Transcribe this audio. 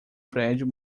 prédio